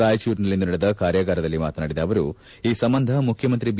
ರಾಯಚೂರಿನಲ್ಲಿಂದು ನಡೆದ ಕಾರ್ಯಗಾರದಲ್ಲಿ ಮಾತನಾಡಿದ ಅವರು ಈ ಸಂಬಂಧ ಮುಖ್ಯಮಂತ್ರಿ ಬಿ